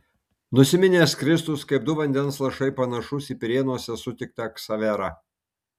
nusiminęs kristus kaip du vandens lašai panašus į pirėnuose sutiktą ksaverą